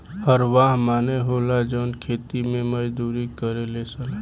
हरवाह माने होला जवन खेती मे मजदूरी करेले सन